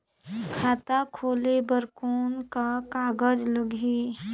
खाता खोले बर कौन का कागज लगही?